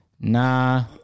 nah